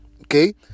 Okay